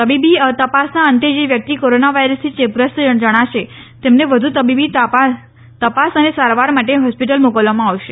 તબીબી તપાસના અંતે જે વ્યકિત કોરોના વાયરસથી ચેપગ્રસ્ત જણાશે તેમને વધુ તબીબી તપાસ અને સારવાર માટે હોસ્પિટલ મોકલવામાં આવશે